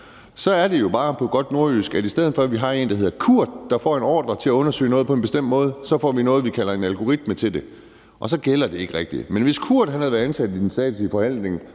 er det jo bare på godt nordjysk, at i stedet for at vi har en, der hedder Kurt, der får en ordre til at undersøge noget på en bestemt måde, får vi noget, vi kalder en algoritme til det, og så gælder det ikke rigtigt. Men hvis Kurt havde været ansat i den statslige forvaltning